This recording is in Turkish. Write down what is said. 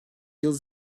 yıl